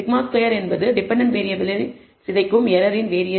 σ2 என்பது டிபெண்டன்ட் வேறியபிள்களை சிதைக்கும் ஏரரின் வேரியன்ஸ்